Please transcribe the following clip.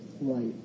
right